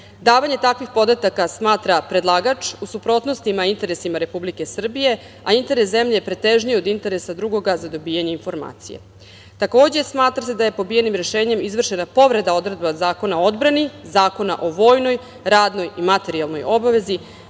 Davanje takvih podataka, smatra predlagač, u suprotnosti je interesima Republike Srbije, a interes zemlje je pretežniji od interesa drugoga za dobijanje informacija. Takođe, smatra se da je pobijenim rešenjem izvršena povreda odredbi Zakona o odbrani, Zakona o vojnoj, radnoj i materijalnoj obavezi,